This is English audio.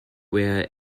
were